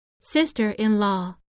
Sister-in-law